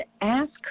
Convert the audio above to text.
ask